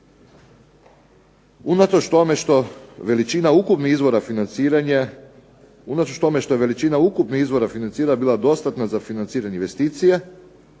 tome što veličina ukupnih izvora financiranja bila dostatna za financiranje investicije,